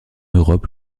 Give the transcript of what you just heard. europe